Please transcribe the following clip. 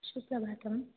सुप्रभातम्